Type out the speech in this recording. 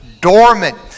dormant